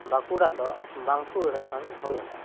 ᱵᱟᱸᱠᱩᱲᱟ ᱫᱚ ᱵᱟᱝᱠᱩ ᱟᱹᱲᱟᱹ ᱠᱷᱚᱱ ᱦᱩᱭ ᱟᱠᱟᱱᱟ